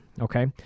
Okay